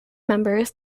members